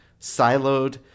siloed